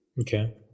Okay